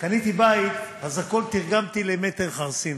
וקניתי בית, אז הכול תרגמתי למטר חרסינות.